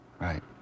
Right